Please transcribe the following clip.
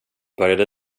började